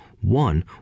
one